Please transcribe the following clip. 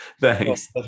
Thanks